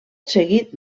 seguit